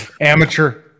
Amateur